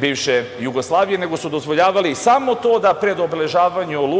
bivše Jugoslavije nego su dozvoljavali samo to da pred obeležavanje Oluje